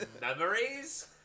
memories